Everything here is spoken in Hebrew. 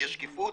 יש שקיפות?